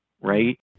right